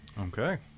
okay